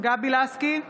גבי לסקי,